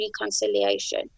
reconciliation